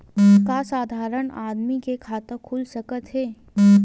का साधारण आदमी के खाता खुल सकत हे?